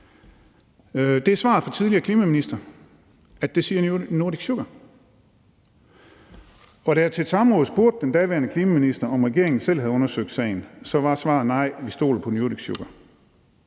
det? Svaret fra den tidligere klimaminister er, at det siger Nordic Sugar. Da jeg til et samråd spurgte den daværende klimaminister, om regeringen selv havde undersøgt sagen, var svaret: Nej, vi stoler på Nordic Sugar.